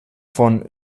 von